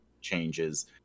changes